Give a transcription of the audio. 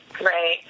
Right